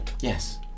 Yes